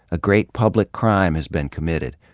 a great public crime has been committed,